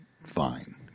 fine